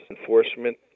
enforcement